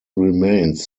remains